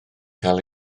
cael